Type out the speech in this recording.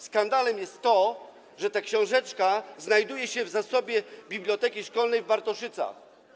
Skandalem jest to, że te książeczka znajduje się w zasobie biblioteki szkolnej w Bartoszycach.